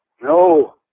No